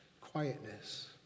quietness